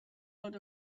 out